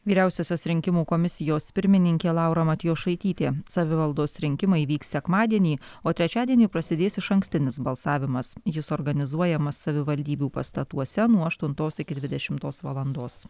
vyriausiosios rinkimų komisijos pirmininkė laura matjošaitytė savivaldos rinkimai vyks sekmadienį o trečiadienį prasidės išankstinis balsavimas jis organizuojamas savivaldybių pastatuose nuo aštuntos iki dvidešimtos valandos